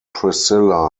priscilla